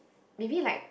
maybe like